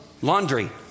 laundry